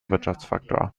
wirtschaftsfaktor